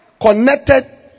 connected